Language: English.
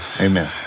amen